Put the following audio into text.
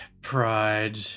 pride